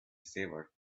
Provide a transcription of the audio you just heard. silver